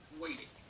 waiting